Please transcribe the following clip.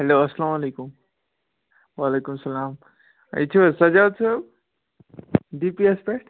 hello السلام علیکُم وعلیکُم السَلام یہِ چھُو حظ سَجاد صٲب ڈی پی ایٚس پٮ۪ٹھ